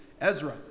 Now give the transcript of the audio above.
Ezra